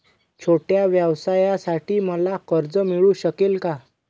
छोट्या व्यवसायासाठी मला कर्ज मिळू शकेल का?